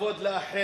שיש לתת כבוד לאחר,